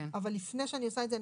אבל לפני שאני עושה את זה,